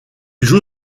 joue